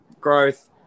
growth